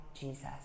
Jesus